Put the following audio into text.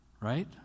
Right